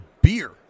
beer